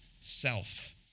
self